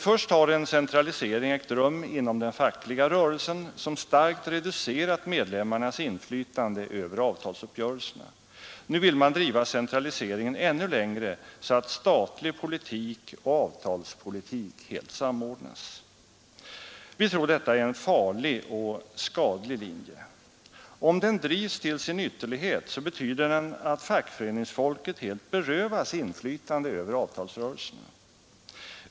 Först har en centralisering ägt rum inom den fackliga rörelsen, vilken har starkt reducerat medlemmarnas inflytande över avtalsuppgörelserna. Nu vill man driva centraliseringen ännu längre, så att statlig politik och avtalspolitik helt samordnas. Vi tror att detta är en farlig och skadlig linje. Om den drivs till sin ytterlighet betyder den att fackföreningsfolket helt berövas inflytande över avtalsrörelserna.